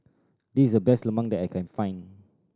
this is the best lemang that I can find